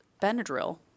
Benadryl